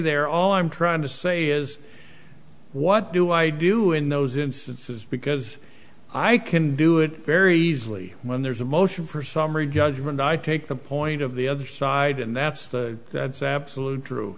they're all i'm trying to say is what do i do in those instances because i can do it very easily when there's a motion for summary judgment i take the point of the other side and that's the that's absolute tru